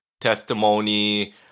testimony